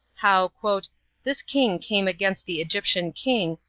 how this king came against the egyptian king,